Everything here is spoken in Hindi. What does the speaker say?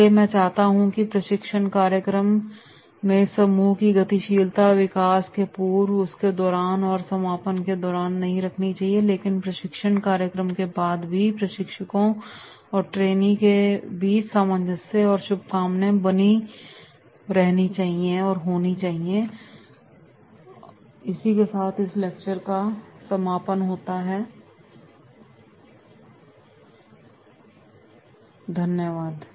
इसलिए मैं चाहता हूं कि प्रशिक्षण कार्यक्रम में समूह की गतिशीलता केवल विकास के पूर्व उसके दौरान और समापन के दौरान नहीं रहनी चाहिए लेकिन प्रशिक्षण कार्यक्रम के बाद भी प्रशिक्षकों और ट्रेनी के बीच सामंजस्य और शुभकामनाएं बनी होनी चाहिए धन्यवाद